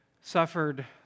suffered